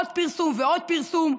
עוד פרסום ועוד פרסום,